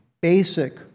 basic